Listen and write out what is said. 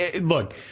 look